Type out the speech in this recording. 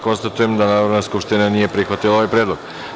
Konstatujem da Narodna skupština nije prihvatila ovaj predlog.